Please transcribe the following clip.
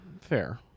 Fair